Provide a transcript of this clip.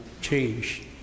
change